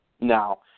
Now